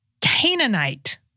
Canaanite